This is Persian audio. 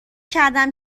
کردم